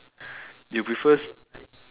you prefer s~